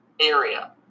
area